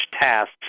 tasks